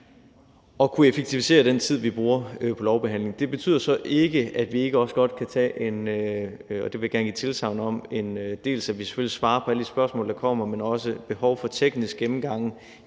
at kunne effektivisere den tid, vi bruger på lovbehandlingen. Det betyder ikke, at vi ikke også godt vil svare på alle de spørgsmål, der måtte komme, og hvis der er behov for tekniske gennemgange,